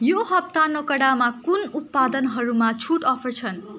यो हप्ता नकोडामा कुन उत्पादनहरूमा छुट अफर छन्